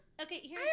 Okay